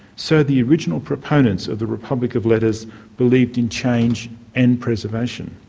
so the original proponents of the republic of letters believed in change and preservation.